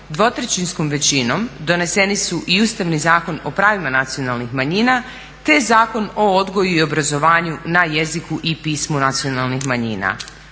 dvotrećinskom većinom doneseni su i Ustavni zakon o pravima nacionalnih manjina, te Zakon o odgoju i obrazovanju na jeziku i pismu nacionalnih manjina.